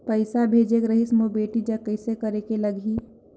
पइसा भेजेक रहिस मोर बेटी जग कइसे करेके लगही?